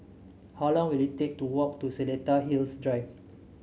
how long will it take to walk to Seletar Hills Drive